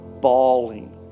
bawling